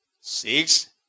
six